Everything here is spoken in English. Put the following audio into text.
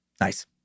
Nice